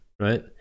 right